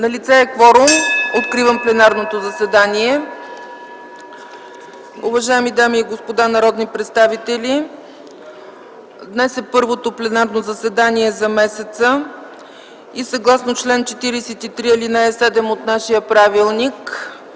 Налице е кворум. Откривам пленарното заседание. (Звъни.) Уважаеми дами и господа народни представители, днес е първото пленарно заседание за месеца и съгласно чл. 43, ал. 7 от нашия правилник